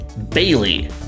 Bailey